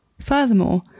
Furthermore